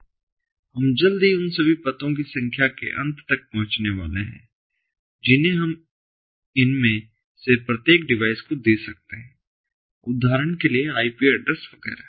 हम जल्द ही उन सभी पतों की संख्या के अंत तक पहुंचने वाले हैं जिन्हें हम इनमें से प्रत्येक डिवाइस को दे सकते हैं उदाहरण के लिए आईपी एड्रेस वगैरह